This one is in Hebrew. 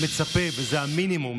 וזה המינימום,